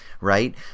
right